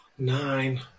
Nine